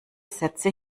sätze